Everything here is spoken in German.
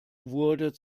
wurde